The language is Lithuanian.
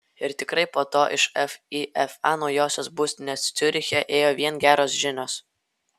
ir tikrai po to iš fifa naujosios būstinės ciuriche ėjo vien geros žinios